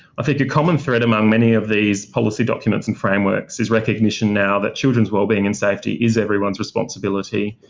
i think a common thread among many of these policy documents and frameworks is recognition now that children's wellbeing and safety is everyone's responsibility,